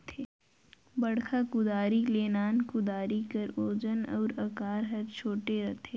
बड़खा कुदारी ले नान कुदारी कर ओजन अउ अकार हर छोटे रहथे